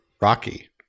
Rocky